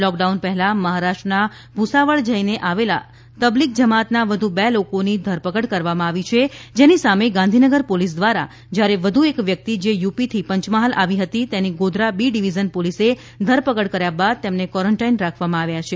lockdown પહેલા મહારાષ્ટ્રના ભુસાવળ જઈને આવેલા તબલીગ જમાતના વધુ બે લોકોની ધરપકડ કરવામાં આવી છે જેની સામે ગાંધીનગર પોલીસ દ્વારા જયારે વધુ એક વ્યક્તિ જે યુપીથી પંચમહાલ આવી હતી તેની ગોધરાના બી ડિવિઝન પોલીસે ધરપકડ કર્યા બાદ તેમને કોરન્ટાઇનમાં રાખવામાં આવ્યા છે